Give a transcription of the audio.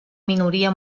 minoria